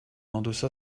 endossa